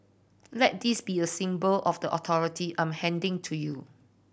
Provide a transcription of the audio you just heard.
let this be a symbol of the authority I'm handing to you